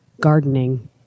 gardening